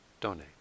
donate